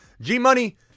G-Money